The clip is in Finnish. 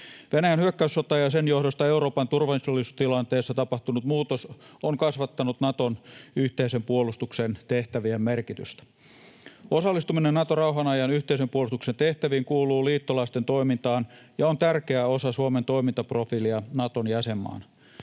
Venäjän hyökkäyssota ja sen johdosta Euroopan turvallisuustilanteessa tapahtunut muutos ovat kasvattaneet Naton yhteisen puolustuksen tehtävien merkitystä. Osallistuminen Naton rauhanajan yhteisen puolustuksen tehtäviin kuuluu liittolaisten toimintaan ja on tärkeä osa Suomen toimintaprofiilia Naton jäsenmaana.